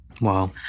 Wow